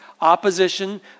opposition